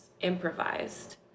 improvised